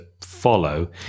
follow